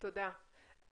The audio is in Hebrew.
תודה.